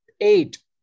eight